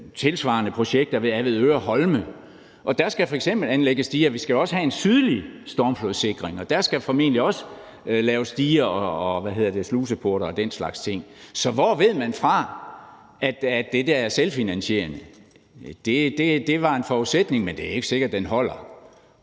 tilsvarende projekter ved Avedøre Holme, og der skal f.eks. anlægges diger. Vi skal også have en sydlig stormflodssikring, og der skal formentlig også laves diger, sluseporte og den slags ting. Så hvor ved man fra, at det der er selvfinansierende? Det var en forudsætning, men det er jo ikke sikkert, at den holder.